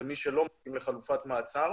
זה מי שלא מתאים לחלופת מעצר,